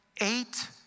eight